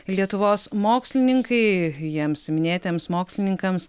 lietuvos mokslininkai jiems minėtiems mokslininkams